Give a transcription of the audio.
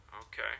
Okay